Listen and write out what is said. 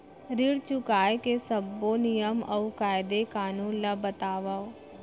ऋण चुकाए के सब्बो नियम अऊ कायदे कानून ला बतावव